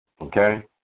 okay